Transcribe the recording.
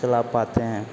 चला पाते हैं